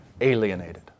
alienated